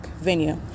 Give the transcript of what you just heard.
venue